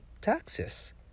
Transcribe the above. taxes